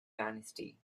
dynasty